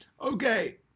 Okay